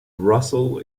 russell